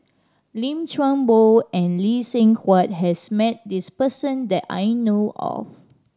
Lim Chuan Poh and Lee Seng Huat has met this person that I know of